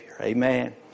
Amen